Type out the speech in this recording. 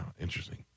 interesting